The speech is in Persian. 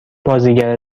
بازیگر